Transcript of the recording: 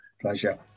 Pleasure